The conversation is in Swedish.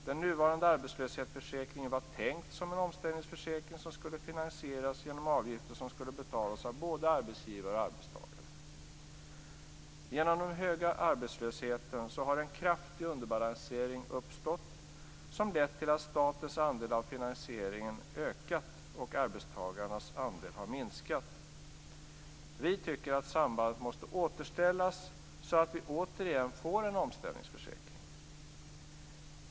Den nuvarande arbetslöshetsförsäkringen var tänkt som en omställningsförsäkring som skulle finansieras genom avgifter som skulle betalas av både arbetsgivare och arbetstagare. Genom den höga arbetslösheten har en kraftig underbalansering uppstått som lett till att statens andel av finansieringen har ökat och arbetstagarnas andel har minskat. Vi tycker att sambandet måste återställas så att vi återigen får en omställningsförsäkring.